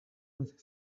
with